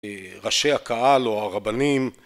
ראשי הקהל או הרבנים